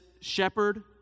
shepherd